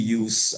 use